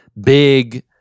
big